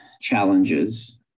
challenges